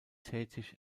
tätig